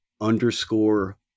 underscore